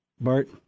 Bart